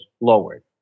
lowered